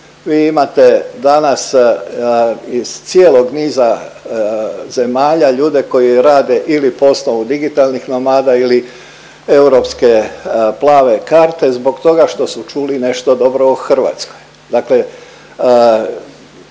Vi imate danas iz cijelog niza zemalja ljudi koji rade ili posao digitalnih nomada ili europske plave karte zbog toga što su čuli nešto dobro o Hrvatskoj.